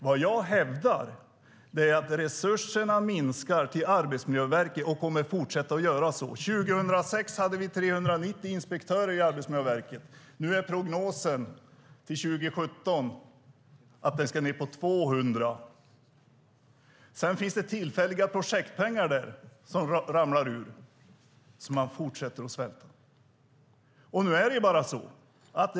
Vad jag hävdar är att resurserna minskar till Arbetsmiljöverket och att de kommer att fortsätta att göra så. År 2006 hade vi 390 inspektörer i Arbetsmiljöverket. Nu är prognosen till 2017 att antalet ska ned till 200. Det finns tillfälliga projektpengar som ramlar ur. Man fortsätter att svälta ut.